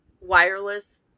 wireless